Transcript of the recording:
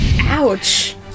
Ouch